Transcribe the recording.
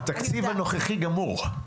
התקציב הנוכחי גמור.